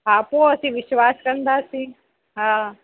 हा पोइ असीं विश्वास कंदासीं हा